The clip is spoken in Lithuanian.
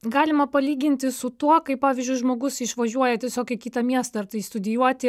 galima palyginti su tuo kaip pavyzdžiui žmogus išvažiuoja tiesiog į kitą miestą ar tai studijuoti